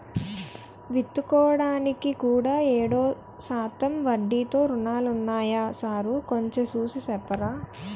విత్తుకోడానికి కూడా ఏడు శాతం వడ్డీతో రుణాలున్నాయా సారూ కొంచె చూసి సెప్పరా